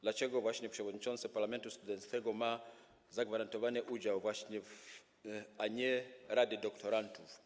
Dlaczego właśnie przewodniczący parlamentu studenckiego ma zagwarantowany udział, a nie np. rady doktorantów?